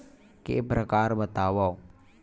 के प्रकार बतावव?